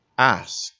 Ask